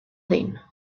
then